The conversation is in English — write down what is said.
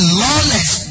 lawless